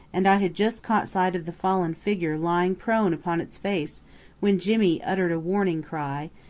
and i had just caught sight of the fallen figure lying prone upon its face when jimmy uttered a warning cry,